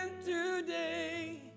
today